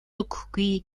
өгөхгүй